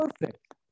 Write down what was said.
perfect